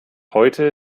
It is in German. heute